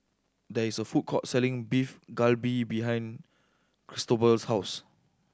there is a food court selling Beef Galbi behind Cristobal's house